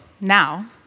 now